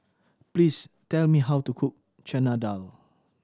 please tell me how to cook Chana Dal